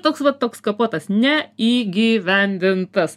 toks va toks kapotas neįgyvendintas